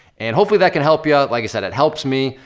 and hopefully that can help you out, like i said, it helps me.